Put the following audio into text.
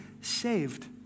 saved